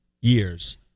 years